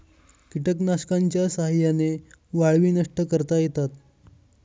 कीटकनाशकांच्या साह्याने वाळवी नष्ट करता येतात